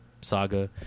Saga